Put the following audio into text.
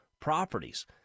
properties